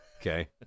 Okay